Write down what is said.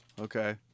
Okay